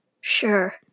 Sure